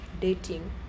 dating